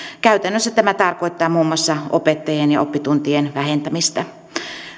käytännössä tämä tarkoittaa muun muassa opettajien ja oppituntien vähentämistä